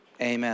amen